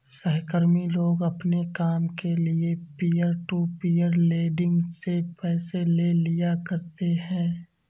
सहकर्मी लोग अपने काम के लिये पीयर टू पीयर लेंडिंग से पैसे ले लिया करते है